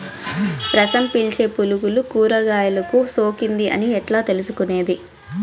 రసం పీల్చే పులుగులు కూరగాయలు కు సోకింది అని ఎట్లా తెలుసుకునేది?